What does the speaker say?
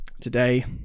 today